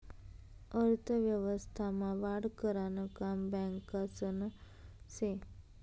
अर्थव्यवस्था मा वाढ करानं काम बॅकासनं से